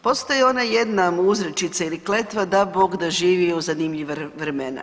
Postoji ona jedna uzrežica ili kletva dao Bog da živio u zanimljiva vremena.